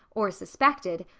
or suspected,